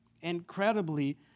incredibly